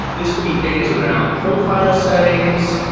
this could be things around profile settings,